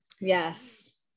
yes